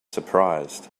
surprised